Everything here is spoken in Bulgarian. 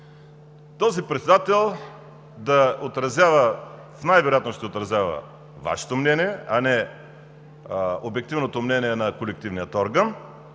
Този председател най-вероятно ще отразява Вашето мнение, а не обективното мнение на колективния орган